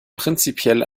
prinzipiell